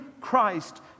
Christ